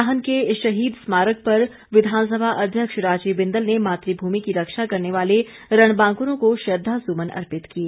नाहन के शहीद स्मारक पर विधानसभा अध्यक्ष राजीव बिंदल ने मातृभूमि की रक्षा करने वाले रणबांकुरों को श्रद्धासुमन अर्पित किए